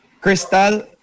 Crystal